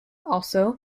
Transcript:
also